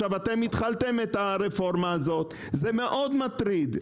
אתם התחלתם את הרפורמה הזו וזה מאוד מטריד.